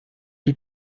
die